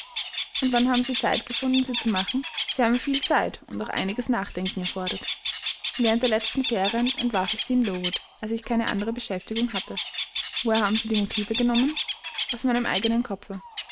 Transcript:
und wann haben sie zeit gefunden sie zu machen sie haben viel zeit und auch einiges nachdenken erfordert während der letzten ferien entwarf ich sie in lowood als ich keine andere beschäftigung hatte woher haben sie die motive genommen aus meinem eigenen kopfe